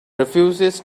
refuses